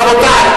רבותי,